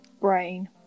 brain